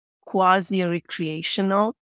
quasi-recreational